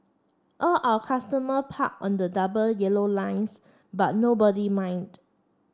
all our customer parked on the double yellow lines but nobody mind